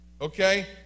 Okay